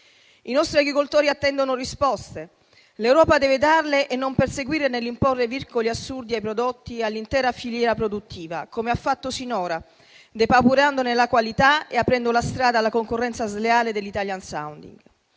I nostri agricoltori attendono risposte: l'Europa deve darle e non perseguire nell'imporre vincoli assurdi ai prodotti e all'intera filiera produttiva come ha fatto sinora, depurandone la qualità e aprendo la strada alla concorrenza sleale dell'*italian sounding*.